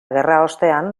gerraostean